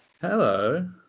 hello